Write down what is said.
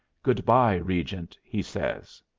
good-by, regent, he says.